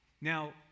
Now